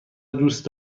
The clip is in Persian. دوست